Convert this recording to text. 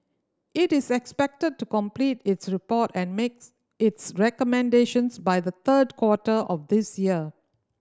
it is expected to complete its report and makes its recommendations by the third quarter of this year